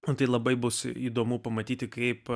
man tai labai bus įdomu pamatyti kaip